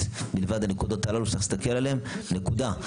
מלבד הנקודות הללו שיש להסתכל עליהם - נקודה.